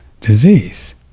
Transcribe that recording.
disease